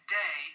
day